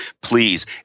Please